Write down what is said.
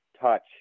touch